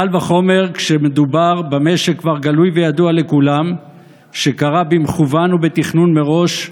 קל וחומר כשמדובר במה שכבר גלוי וידוע לכולם שקרה במכוון ובתכנון מראש,